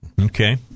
okay